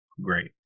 great